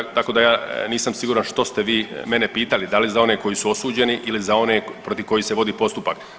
Dakle, tako da ja nisam siguran što ste vi mene pitali, da li za one koji su osuđeni ili za one protiv kojih se vodi postupak.